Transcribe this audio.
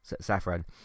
Saffron